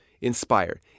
Inspire